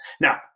now